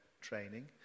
training